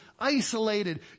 isolated